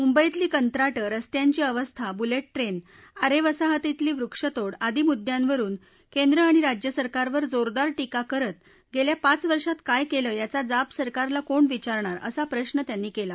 मुंबईतली कंत्राटं रस्त्यांची अकस्था बुलेट ट्रेन आरे वसाहतीतली वृक्षतोड आदी मुद्यांवरून केंद्र आणि राज्य सरकारवर जोरदार टीका करत गेल्या पाच वर्षात काय केलं याचा जाब सरकारला कोण विचारणार असा प्रश्न केला